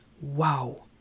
wow